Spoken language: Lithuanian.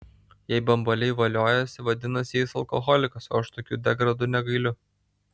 jei bambaliai voliojasi vadinasi jis alkoholikas o aš tokių degradų negailiu